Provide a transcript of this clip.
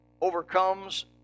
overcomes